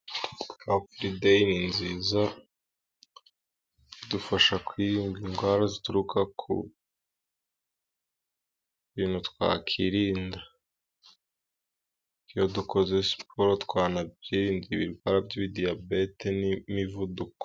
Adiyeri ni nziza idufasha kwiyunga indwara zituruka ku bintu twakirinda, iyo dukoze siporo twanabyirinda ibirwa by'ibidiyabete n'imivuduko.